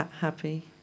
happy